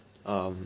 um